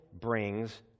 brings